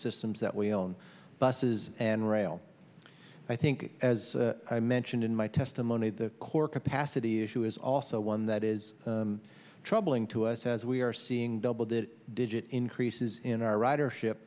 systems that we own buses and rail i think as i mentioned in my testimony the core capacity issue is also one that is troubling to us as we are seeing double digit digit increases in our ridership